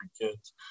kids